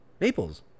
Naples